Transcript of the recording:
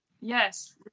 Yes